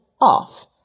off